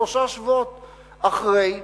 שלושה שבועות אחרי,